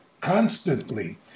constantly